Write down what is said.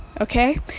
Okay